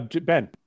Ben